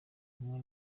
hamwe